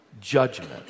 Judgment